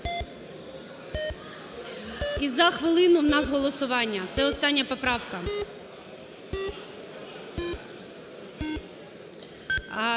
І за хвилину у нас голосування. Це остання поправка.